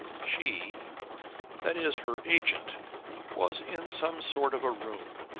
she that is, her agent was in some sort of a room,